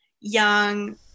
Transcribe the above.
young